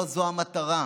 לא זאת המטרה.